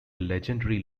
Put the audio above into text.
legendary